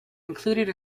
included